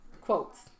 Quotes